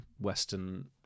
western